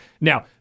Now